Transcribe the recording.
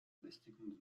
достигнут